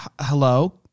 hello